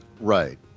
Right